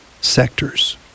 sectors